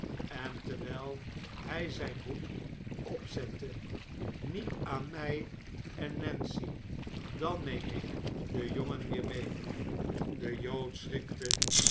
en terwijl hij zijn hoed opzette niet aan mij en nancy dan neem ik den jongen weer mee de jood schrikte